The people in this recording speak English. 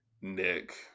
Nick